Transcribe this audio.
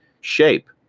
shape